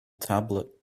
tablet